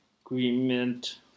agreement